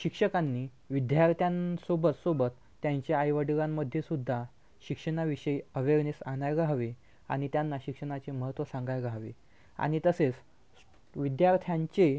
शिक्षकांनी विद्यार्थ्यांसोबत सोबत त्यांच्या आईवडिलांमध्ये सुद्धा शिक्षणाविषयी अवेरनेस आणायला हवे आणि त्यांना शिक्षणाचे महत्त्व सांगायला हवे आणि तसेच विद्यार्थ्यांचे